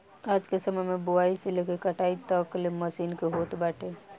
आजके समय में बोआई से लेके कटाई तकले मशीन के होत बाटे